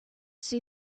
see